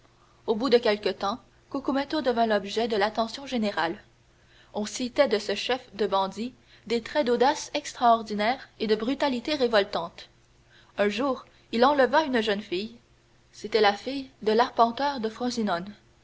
au bout de quelque temps cucumetto devint l'objet de l'attention générale on citait de ce chef de bandits des traits d'audace extraordinaires et de brutalité révoltante un jour il enleva une jeune fille c'était la fille de l'arpenteur de frosinone